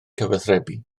cyfathrebu